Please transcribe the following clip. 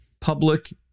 public